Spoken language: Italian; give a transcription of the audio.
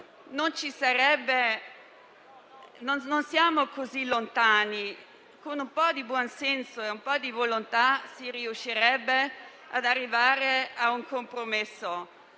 non siamo così lontani, con un po' di buon senso e volontà si riuscirebbe ad arrivare a un compromesso.